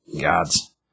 Gods